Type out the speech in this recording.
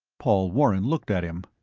paul warren looked at him.